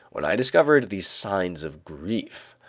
when i discovered these signs of grief,